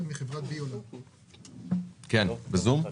בבקשה, בזום.